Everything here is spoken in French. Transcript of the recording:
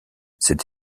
cette